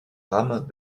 rames